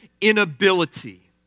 inability